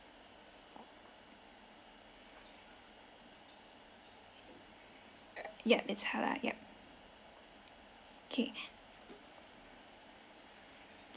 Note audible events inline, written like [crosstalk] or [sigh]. yup it's halal yup K [breath]